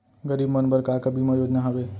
गरीब मन बर का का बीमा योजना हावे?